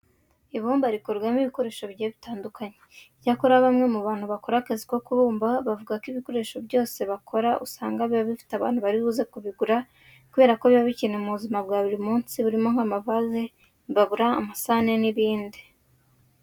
Ibumba rikorwamo ibikoresho bigiye bitandukanye. Icyakora bamwe mu bantu bakora akazi ko kubumba bavuga ko ibikoresho byose bakora usanga biba bifite abantu bari buze kubigura kubera ko biba bikenewe mu buzima bwa buri minsi birimo nk'amavaze, imbabura, amasahane n'ibindi.